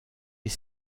est